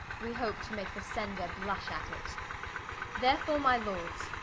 we hope to make the sender blush at it therefore, my lords,